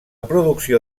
producció